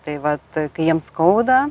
tai vat kai jiem skauda